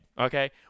okay